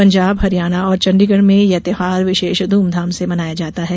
पंजाब हरियाणा और चंडीगढ़ में यह त्यौहार विशेष धूम धाम से मनाया जाता है